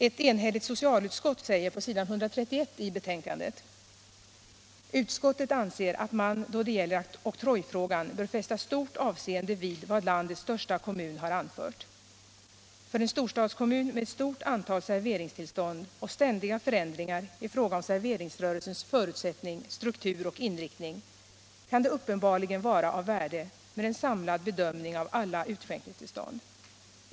Ett enigt socialutskott säger på s. 131 i betänkandet: ”Utskottet anser att man då det gäller oktrojfrågan bör fästa stort avseende vid vad landets största kommun har anfört. För en storstadskommun med ett stort antal serveringstillstånd och ständiga förändringar i fråga om serveringsrörelsens förutsättning, struktur och inriktning kan det uppenbarligen vara av värde med en samlad bedömning av alla utskänkningstillstånd.